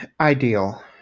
ideal